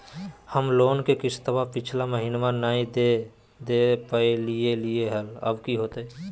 हम लोन के किस्तवा पिछला महिनवा नई दे दे पई लिए लिए हल, अब की होतई?